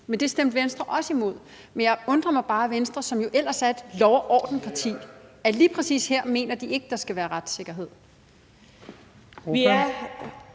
Men det stemte Venstre også imod. Jeg undrer mig bare over, at Venstre, som jo ellers er et lov og orden-parti, lige præcis her mener, at der ikke skal være retssikkerhed.